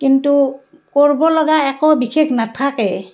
কিন্তু কৰিবলগা একো বিশেষ নাথাকে